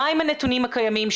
מה הם הנתונים הקיימים.